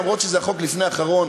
למרות שזה החוק לפני האחרון,